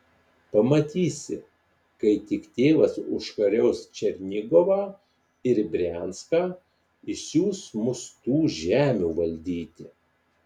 pamatysi kai tik tėvas užkariaus černigovą ir brianską išsiųs mus tų žemių valdyti